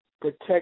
protect